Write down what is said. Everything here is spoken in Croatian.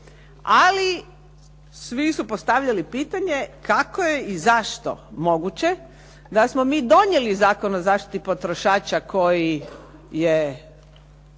ali svi su postavljali pitanje kako je i zašto moguće da smo mi donijeli Zakon o zaštiti potrošača koji je